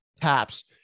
taps